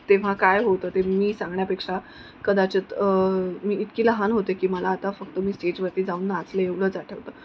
तेव्हा काय होतं ते मी सांगण्यापेक्षा कदाचित मी इतकी लहान होते की मला आता फक्त मी स्टेजवरती जाऊन नाचले एवढंच आठवतं